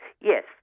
Yes